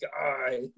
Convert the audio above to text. guy